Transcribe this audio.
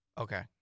Okay